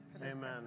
Amen